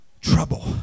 trouble